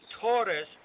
Torres